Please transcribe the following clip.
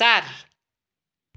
चार